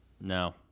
No